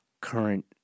current